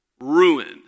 Ruined